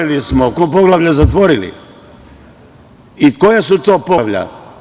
Koliko smo poglavlja zatvorili i koja su to poglavlja?